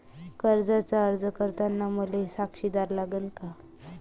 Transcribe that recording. कर्जाचा अर्ज करताना मले साक्षीदार लागन का?